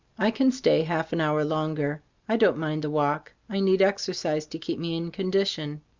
i can stay half an hour longer. i don't mind the walk. i need exercise to keep me in condition.